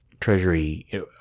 treasury